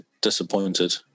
disappointed